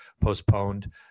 postponed